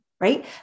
right